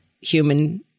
human